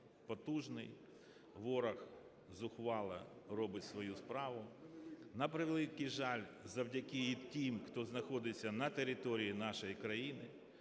потужний. Ворог зухвало робить свою справу. На превеликий жаль, завдяки і тим, хто знаходиться на території нашої країни,